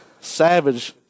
Savage